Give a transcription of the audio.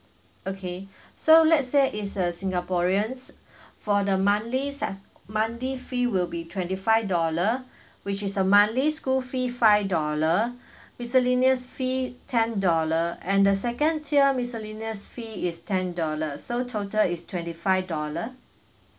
okay so let's say it's a singaporeans for the monthly's at monthly fee will be twenty five dollar which is a monthly school fee five dollar miscellaneous fee ten dollar and the second tier miscellaneous fee is ten dollar so total is twenty five dollar